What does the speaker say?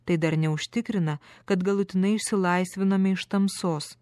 tai dar neužtikrina kad galutinai išsilaisviname iš tamsos